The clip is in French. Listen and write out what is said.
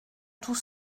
tout